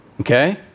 Okay